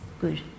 good